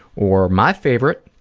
or my favorite,